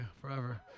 forever